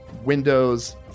windows